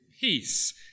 Peace